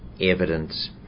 evidence